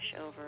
over